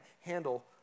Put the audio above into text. handle